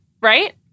right